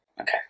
Okay